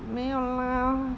没有 lah